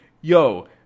yo